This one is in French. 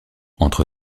entre